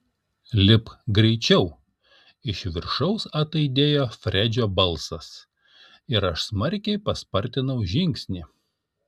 lipk greičiau iš viršaus ataidėjo fredžio balsas ir aš smarkiai paspartinau žingsnį